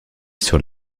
sur